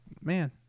man